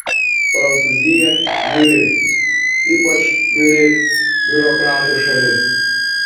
prancūzija niūri ypač niūri biurokratų šalis